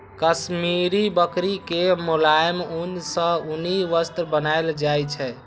काश्मीरी बकरी के मोलायम ऊन सं उनी वस्त्र बनाएल जाइ छै